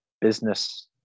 business